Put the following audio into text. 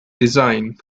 design